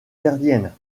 gardienne